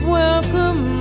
welcome